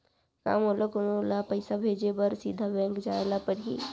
का मोला कोनो ल पइसा भेजे बर सीधा बैंक जाय ला परही?